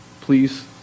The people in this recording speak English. please